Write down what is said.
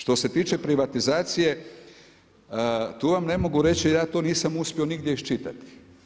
Što se tiče privatizacije, tu vam ne mogu reći jer ja tu nisam uspio nigdje iščitati.